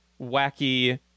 wacky